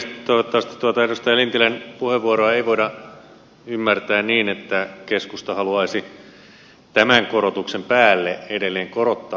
toivottavasti tuota edustaja lintilän puheenvuoroa ei voida ymmärtää niin että keskusta haluaisi tämän korotuksen päälle edelleen korottaa perintöveroja